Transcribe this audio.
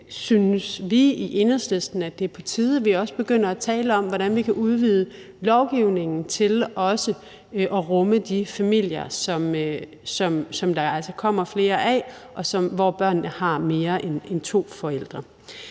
synes vi i Enhedslisten, at det er på tide, at vi begynder at tale om, hvordan vi kan udvide lovgivningen til også at rumme de familier, som der altså kommer flere af, og hvor børnene har mere end to forældre.